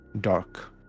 dark